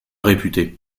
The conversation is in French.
réputé